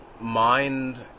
mind